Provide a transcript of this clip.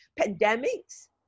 Pandemics